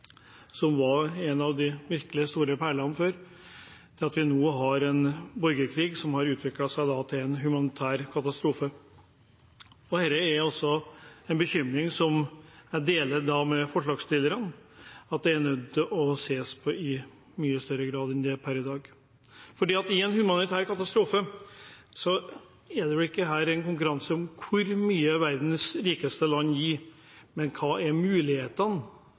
som før var en av de virkelig store perlene, til at vi nå har en borgerkrig som har utviklet seg til en humanitær katastrofe. Dette er en bekymring som jeg deler med forslagsstillerne, og en er nødt til å se på dette i mye større grad enn tilfellet er per i dag. I forbindelse med en humanitær katastrofe er det ikke en konkurranse om hvor mye verdens rikeste land gir, men